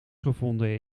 gevonden